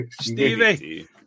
Stevie